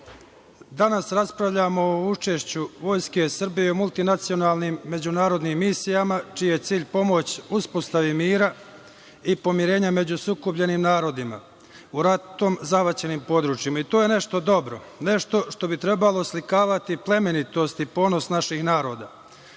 danas raspravljamo o učešću Vojske Srbije u multinacinalnim međunarodnim misijama čiji je cilj pomoć uspostavi mira i pomirenja među sukobljenim narodima u ratu zahvaćenim područjima. To je nešto dobro, nešto što bi trebalo oslikavati plemenitost i ponos našeg